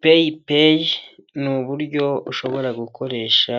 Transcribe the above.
Peyi peyi ni uburyo ushobora gukoresha